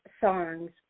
songs